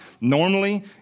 Normally